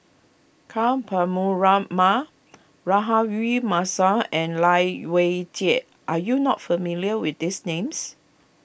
Ka Rahayu Mahzam and Lai Weijie are you not familiar with these names